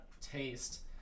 taste